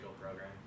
program